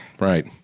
Right